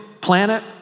planet